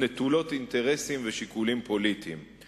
ונטולות אינטרסים ושיקולים פוליטיים מאידך גיסא.